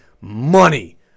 money